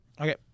Okay